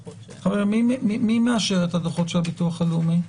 מי מאשר את הדוחות של הביטוח הלאומי?